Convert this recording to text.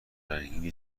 رنکینگ